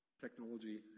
technology